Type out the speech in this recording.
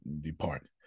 depart